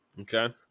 Okay